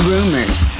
Rumors